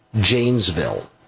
Janesville